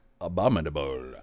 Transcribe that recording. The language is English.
abominable